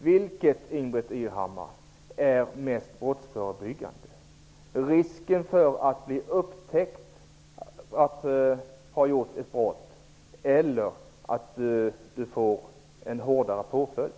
Vilket är mest brottsförebyggande, Ingbritt Irhammar: risken för att bli upptäckt när man har begått ett brott, eller att få en hårdare påföljd?